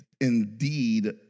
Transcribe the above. indeed